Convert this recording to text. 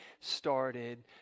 started